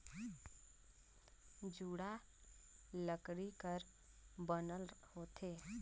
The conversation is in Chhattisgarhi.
जुड़ा लकरी कर बनल होथे